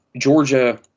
Georgia